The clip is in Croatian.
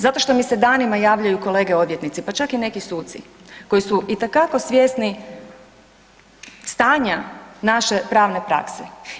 Zato što mi se danima javljaju kolege odvjetnici, pa čak i neki suci koji su itekako svjesni stanja naše pravne prakse.